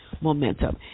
momentum